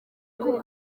kuko